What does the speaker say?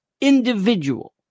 individual